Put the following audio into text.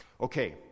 Okay